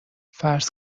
فرض